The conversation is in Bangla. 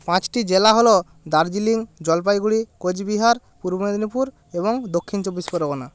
পাঁচটি জেলা হলো দার্জিলিং জলপাইগুড়ি কোচবিহার পূর্ব মেদিনীপুর এবং দক্ষিণ চব্বিশ পরগনা